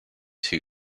who